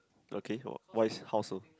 okay why how so